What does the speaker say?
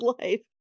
life